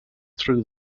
through